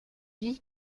vie